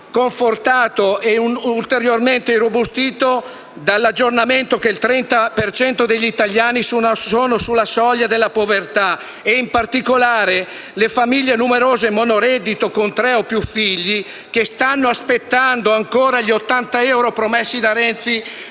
confortato e ulteriormente irrobustito dall'aggiornamento che il 30 per cento degli italiani sono sulla soglia della povertà e, in particolare, le famiglie numerose monoreddito, con tre o più figli, che stanno aspettando ancora gli 80 euro promessi da Renzi